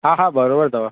हा हा बराबरि अथव